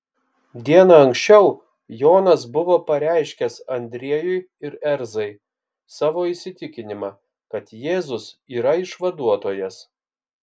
diena anksčiau jonas buvo pareiškęs andriejui ir ezrai savo įsitikinimą kad jėzus yra išvaduotojas